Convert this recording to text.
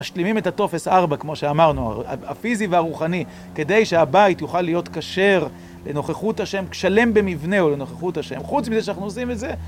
משלימים את הטופס הארבע, כמו שאמרנו, הפיזי והרוחני, כדי שהבית יוכל להיות כשר לנוכחות השם, שלם במבנהו לנוכחות השם, חוץ מזה שאנחנו עושים את זה